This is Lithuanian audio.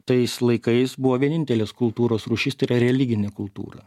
tais laikais buvo vienintelės kultūros rūšis tai yra religinė kultūra